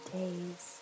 days